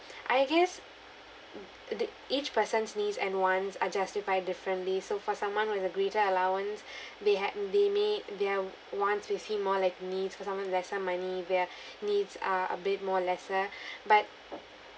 I guess th~ each person's needs and wants are justified differently so for someone with a greater allowance they hadn't they may their wants will seem more like needs for someone lesser money their needs are a bit more lesser but